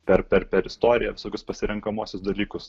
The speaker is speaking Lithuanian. per per istoriją visokius pasirenkamuosius dalykus